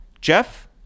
Jeff